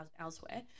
elsewhere